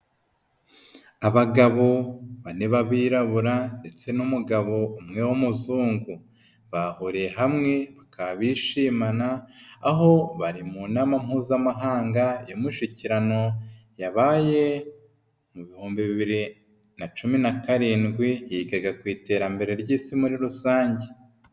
Abagabo bane b'abirabura ndetse n'umugabo umwe w'umuzungu. Bahuriye hamwe baka bishimana aho bari mu nama mpuzamahanga y'umushyikirano yabaye mu 2017 yigaga ku iterambere ry'isi muri rusange.